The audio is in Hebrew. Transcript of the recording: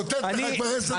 אני מאותת לך כבר עשר דקות,